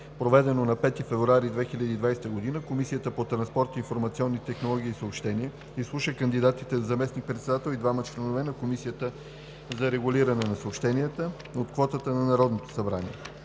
проведено на 5 февруари 2020 г., Комисията по транспорт, информационни технологии и съобщения изслуша кандидатите за заместник-председател и двама членове на Комисията за регулиране на съобщенията (КРС) от квотата на Народното събрание.